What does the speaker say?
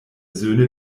söhne